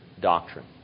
doctrine